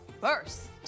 first